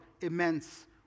immense